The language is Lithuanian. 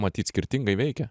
matyt skirtingai veikia